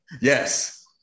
Yes